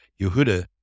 Yehuda